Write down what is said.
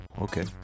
Okay